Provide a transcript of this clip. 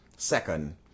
Second